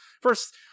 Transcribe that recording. First